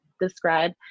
describe